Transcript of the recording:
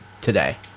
today